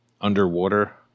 underwater